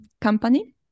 company